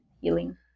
healing